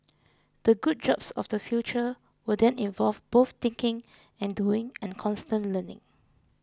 the good jobs of the future will then involve both thinking and doing and constant learning